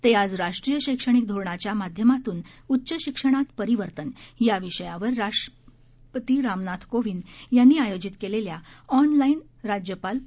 ते आज राष्ट्रीय शक्तणिक धोरणाच्या माध्यमातून उच्च शिक्षणात परिवर्तन या विषयावर राष्ट्रपती रामनाथ कोविंद यांनी आयोजित केलेल्या ऑनलाई राज्यपाल परिषदेत बोलत होते